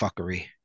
fuckery